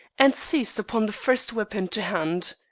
and seized upon the first weapon to hand.